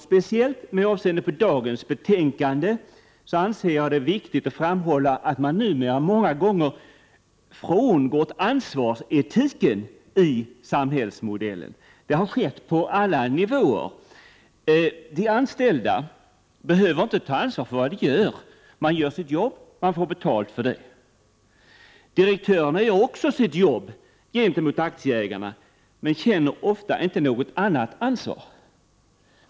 Speciellt med avseende på det betänkande som behandlas i dag anser jag det dock viktigt att framhålla att man numera många gånger frångått ansvarsetiken i samhällsmodellen. Detta har skett på alla nivåer: De anställda behöver inte ta ansvar för vad de gör — man gör sitt jobb och får betalt för det. Direktörerna gör också sitt jobb gentemot aktieägarna, men känner ofta inte något annat ansvar.